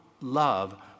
love